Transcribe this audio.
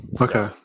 Okay